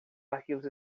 arquivos